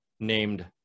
named